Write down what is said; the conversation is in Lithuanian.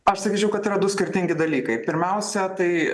aš sakyčiau kad yra du skirtingi dalykai pirmiausia tai